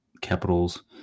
Capitals